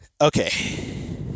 Okay